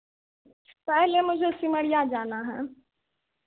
पहले मुझे सिमड़िया जाना है